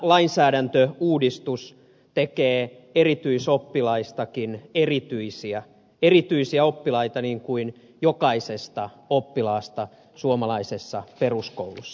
tämä lainsäädäntöuudistus tekee erityisoppilaistakin erityisiä erityisiä oppilaita niin kuin jokaisesta oppilaasta suomalaisessa peruskoulussa